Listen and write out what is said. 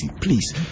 Please